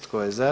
Tko je za?